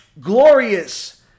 glorious